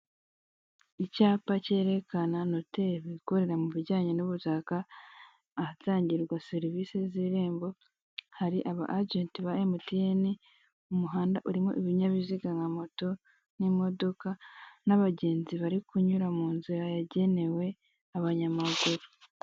Icyapa kerekene noteri wikorera mu bijyanye no gushaka ahatangirwa serivise zirembo hari aba ajenti ba emutiyene mu muhanda urimo ibinyabiziga nka moto n'imodoka n'abagenzi bari kunyura mu nzira yagenewe abanyamaguru.